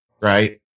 right